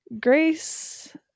Grace